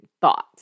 thoughts